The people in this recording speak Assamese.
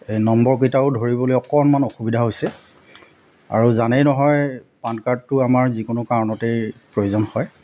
এই নম্বৰকেইটাও ধৰিবলৈ অকণমান অসুবিধা হৈছে আৰু জানেই নহয় পান কাৰ্ডটো আমাৰ যিকোনো কাৰণতেই প্ৰয়োজন হয়